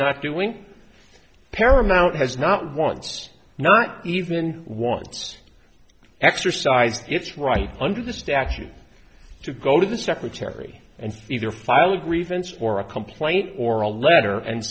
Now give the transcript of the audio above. not doing paramount has not once not even wants to exercise its right under the statute to go to the secretary and either file a grievance or a complaint or a letter and